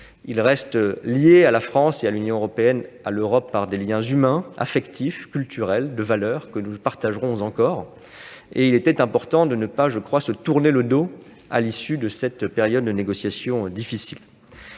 reste lié à la France, à l'Union européenne et à l'Europe par des liens humains, affectifs, culturels et par des valeurs communes que nous partagerons encore. Il était important de ne pas se tourner le dos à l'issue de cette période de négociations difficiles.